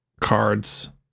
cards